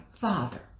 father